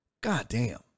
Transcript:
goddamn